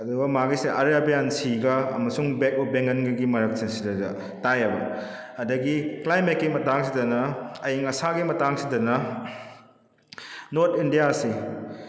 ꯑꯗꯨꯒ ꯃꯥꯒꯤꯁꯦ ꯑꯔꯥꯕꯤꯌꯥꯟ ꯁꯤꯒ ꯑꯃꯁꯨꯡ ꯕꯦ ꯑꯣꯐ ꯕꯦꯡꯒꯜꯒꯒꯤ ꯃꯔꯛꯁꯦ ꯁꯤꯗꯩꯗ ꯇꯥꯏꯌꯦꯕ ꯑꯗꯒꯤ ꯀ꯭ꯂꯥꯏꯃꯦꯠꯀꯤ ꯃꯇꯥꯡꯁꯤꯗꯅ ꯑꯌꯤꯡ ꯑꯁꯥꯒꯤ ꯃꯇꯥꯡꯁꯤꯗꯅ ꯅꯣꯔꯠ ꯏꯟꯗꯤꯌꯥꯁꯤ